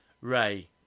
ray